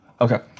Okay